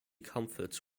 comforts